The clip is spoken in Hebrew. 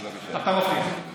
בבקשה.